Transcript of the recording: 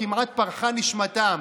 כמעט פרחה נשמתם.